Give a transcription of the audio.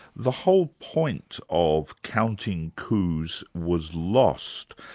the whole point of counting coups was lost.